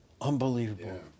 unbelievable